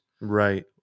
right